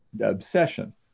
obsession